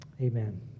amen